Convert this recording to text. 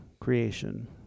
creation